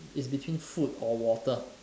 is between food or water